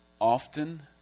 often